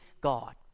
God